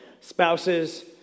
Spouses